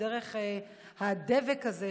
הדבק הזה,